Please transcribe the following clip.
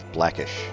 Blackish